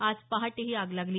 आज पहाटे ही आग लागली